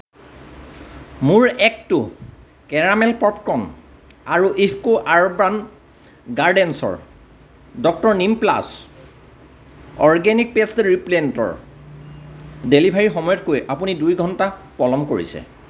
মোৰ এক্টটু caramel popcorn আৰু ইফক' আৰ্বান গাৰ্ডেন্ছৰ doctor neem plus organic pest ৰিপেলেণ্টৰ ডেলিভাৰীৰ সময়তকৈ আপুনি দুই ঘণ্টা পলম কৰিছে